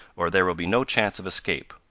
or there will be no chance of escape.